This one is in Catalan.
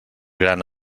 gran